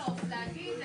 להגיד,